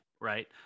right